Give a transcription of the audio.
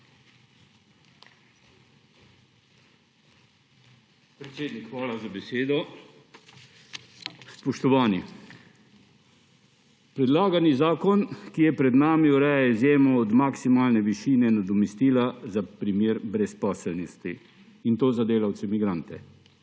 Predsednik, hvala za besedo. Spoštovani! Predlagani zakon, ki je pred nami, ureja izjemo od maksimalne višine nadomestila za primer brezposelnosti, in to za delavce migrante.